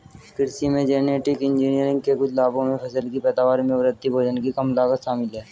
कृषि में genetic engineering के कुछ लाभों में फसल की पैदावार में वृद्धि, भोजन की कम लागत शामिल हैं